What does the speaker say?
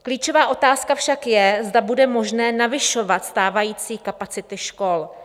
Klíčová otázka však je, zda bude možné navyšovat stávající kapacity škol.